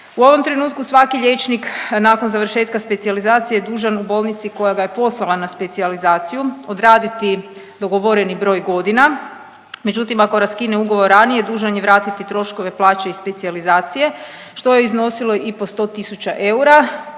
U ovom trenutku svaki liječnik nakon završetka specijalizacije dužan u bolnici koja ga je poslala na specijalizaciju odraditi dogovoreni broj godina. Međutim, ako raskine ugovor ranije dužan je vratiti troškove plaće i specijalizacije što je iznosilo i po 100 tisuća eura.